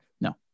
no